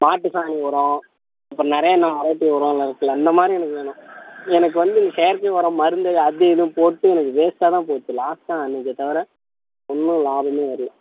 மாட்டு சாணி உரம் இப்போ நிறையாலாம் வெரைட்டி உரம்லாம் இருக்கில்ல அந்தமாதிரி எனக்கு வேணும் எனக்கு வந்து செயற்கை உரம் மருந்து அது இதுன்னு போட்டு எனக்கு வேஸ்ட்டாகதான் போச்சு லாஸ் தான் ஆனதே தவிர ஒன்றும் லாபமே வரல